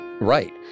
Right